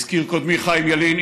הזכיר קודמי חיים ילין,